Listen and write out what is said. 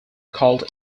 called